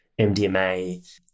MDMA